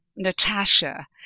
Natasha